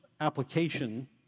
application